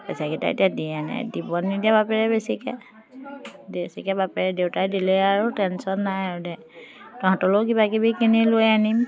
পইচাকেইটা এতিয়া দিয়েনে দিবন নিদিয়ে বাপেৰে বেছিকৈ বেছিকৈ বাপেৰে দেউতাই দিলে আৰু টেনশ্যন নাই আৰু দে তহঁতলৈও কিবাকিবি কিনি লৈ আনিম